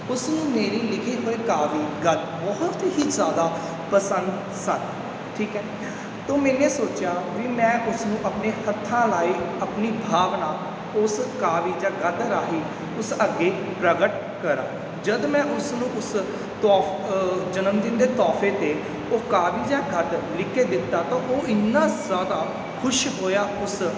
ਉਸਨੂੰ ਮੇਰੀ ਲਿਖੀ ਹੋਏ ਕਾਵਿ ਗਦ ਬਹੁਤ ਹੀ ਜ਼ਿਆਦਾ ਪਸੰਦ ਸਾ ਠੀਕ ਹੈ ਤੋ ਮੈਨੇ ਸੋਚਿਆ ਵੀ ਮੈਂ ਉਸਨੂੰ ਆਪਣੇ ਹੱਥਾਂ ਲਾਈ ਆਪਣੀ ਭਾਵਨਾ ਉਸ ਕਾਵਿ ਜਾ ਗੱਦ ਰਾਹੀ ਉਸ ਅੱਗੇ ਪ੍ਰਗਟ ਕਰਾਂ ਜਦੋਂ ਮੈਂ ਉਸਨੂੰ ਉਸ ਤੋਫ ਜਨਮ ਦਿਨ ਦੇ ਤੋਹਫ਼ੇ 'ਤੇ ਉਹ ਕਾਵਿ ਜਾਂ ਗਦ ਲਿਖ ਕੇ ਦਿੱਤਾ ਤਾਂ ਉਹ ਇੰਨਾ ਜ਼ਿਆਦਾ ਖੁਸ਼ ਹੋਇਆ ਉਸ